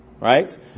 right